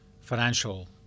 financial